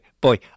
boy